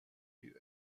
you